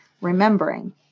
remembering